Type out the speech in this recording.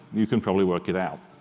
you can probably work it out.